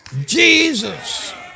Jesus